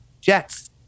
jets